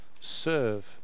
serve